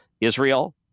Israel